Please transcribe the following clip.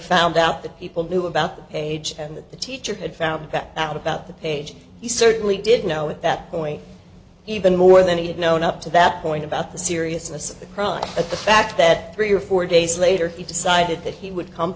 found out that people knew about the page and that the teacher had found that out about the page he certainly did know at that point even more than he had known up to that point about the seriousness of the crime but the fact that three or four days later he decided that he would come